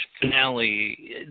finale